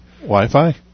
Wi-Fi